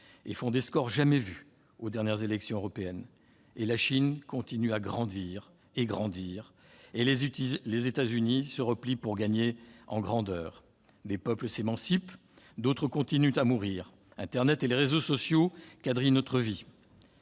ils font des scores jamais vus aux élections européennes. La Chine, de son côté, continue à grandir, et à grandir encore ; les États-Unis, eux, se replient pour gagner en grandeur. Des peuples s'émancipent ; d'autres continuent à mourir. Internet et les réseaux sociaux quadrillent notre vie.